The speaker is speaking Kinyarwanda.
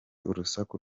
urusaku